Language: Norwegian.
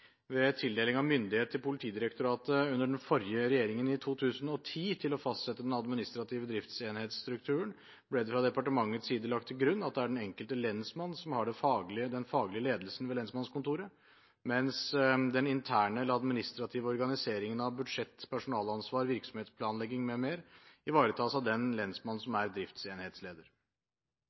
Ved tildeling av myndighet til Politidirektoratet under den forrige regjeringen i 2010 til å fastsette den administrative driftsenhetsstrukturen ble det fra departementets side lagt til grunn at det er den enkelte lensmann som har den faglige ledelsen ved lensmannskontoret, mens den interne eller administrative organiseringen av budsjett, personalansvar, virksomhetsplanlegging m.m. ivaretas av den lensmann som er driftsenhetsleder.